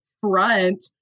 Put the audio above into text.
front